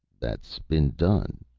that's been done,